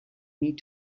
need